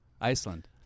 Iceland